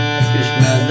Krishna